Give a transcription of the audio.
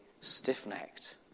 stiff-necked